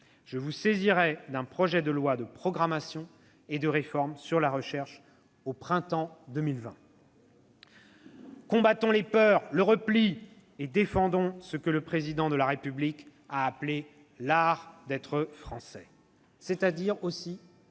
Je vous saisirai d'un projet de loi de programmation et de réforme au printemps 2020. « Combattons les peurs, le repli, et défendons ce que le Président de la République a appelé " l'art d'être Français ", c'est-à-dire aussi